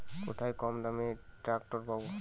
কোথায় কমদামে ট্রাকটার পাব?